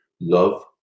love